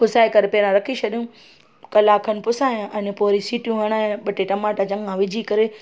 पुसाए करे पहिरां रखी छॾूं कलाक खनि पुसायां अने पोइ वरी सिटियूं हणाया ॿ टे टमाटा चङा विझी करे